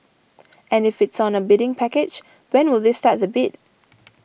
and if it's on a bidding package when will they start the bid